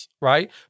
right